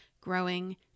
growing